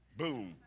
boom